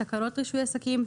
תקנות רישוי עסקים,